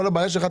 כל הבעיה שלך,